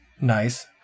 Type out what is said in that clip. Nice